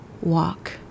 walk